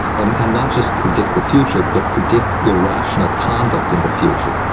and and not just predict the future but predict irrational conduct in the future.